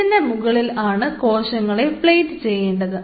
ഇതിൻറെ മുകളിൽ ആണ് കോശങ്ങളെ പ്ലേറ്റ് ചെയ്യേണ്ടത്